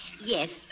Yes